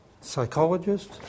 psychologist